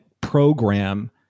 program